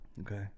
okay